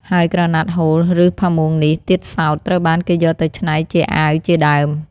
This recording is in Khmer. ហើយក្រណាត់ហូល ឬផាមួងនេះទៀតសោត ត្រូវបានគេយកទៅច្នៃជាអាវជាដើម។